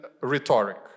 rhetoric